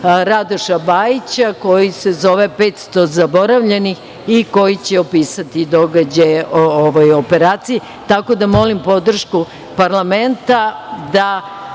Radoša Bajića koji se zove „500 zaboravljenih“ i koji će opisati događaje o ovoj operaciji. Molim podršku parlamenta da